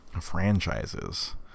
franchises